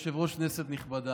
כבוד היושבת-ראש, כנסת נכבדה,